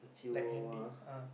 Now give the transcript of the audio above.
like handy ah